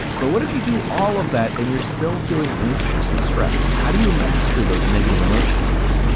but what if you do all of that and you're still feeling anxious and stressed? how do you master those negative emotions?